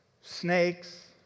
snakes